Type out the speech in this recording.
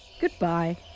Goodbye